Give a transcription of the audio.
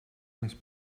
més